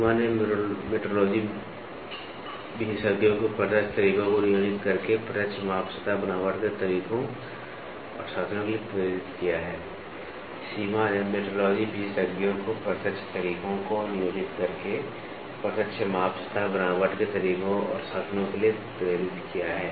सीमा ने मेट्रोलॉजी विशेषज्ञों को प्रत्यक्ष तरीकों को नियोजित करके प्रत्यक्ष माप सतह बनावट के तरीकों और साधनों के लिए प्रेरित किया है